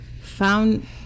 found